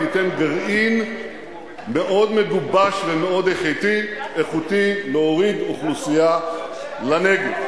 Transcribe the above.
היא תיתן גרעין מאוד מגובש ומאוד איכותי להוריד אוכלוסייה לנגב.